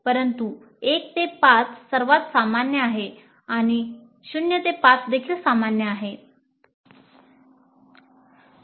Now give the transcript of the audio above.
परंतु 1 ते 5 सर्वात सामान्य आहे आणि 0 ते 5 देखील सामान्य आहे